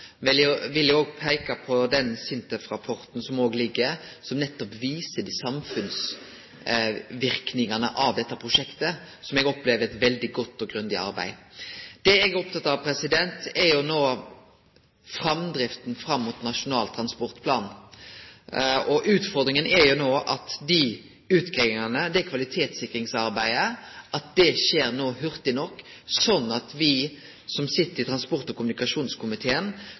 vil òg peike på SINTEF-rapporten – som eg opplever er eit godt og grundig arbeid – som nettopp viser samfunnsverknadene av dette prosjektet. Det eg er oppteken av, er framdrifta fram mot Nasjonal transportplan. Utfordringa no er at utgreiingane, kvalitetssikringsarbeidet, no skjer hurtig nok, slik at me som sit i transport- og kommunikasjonskomiteen,